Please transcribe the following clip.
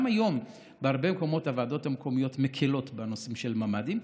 גם היום בהרבה מקומות הוועדות המקומיות מקילות בנושא של ממ"דים.